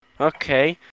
Okay